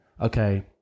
okay